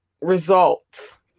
results